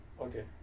Okay